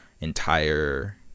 entire